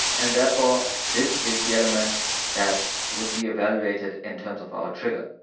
and therefore this is the element that would be evaluated in terms of our trigger.